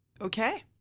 Okay